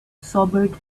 sobered